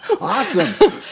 Awesome